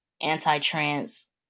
anti-trans